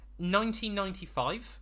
1995